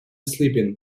sleeping